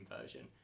version